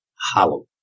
Hollow